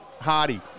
Hardy